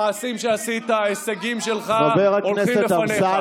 אתה, המעשים שעשית, ההישגים שלך הולכים לפניך.